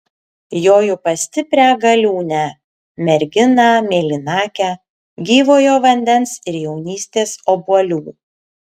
joju pas stiprią galiūnę merginą mėlynakę gyvojo vandens ir jaunystės obuolių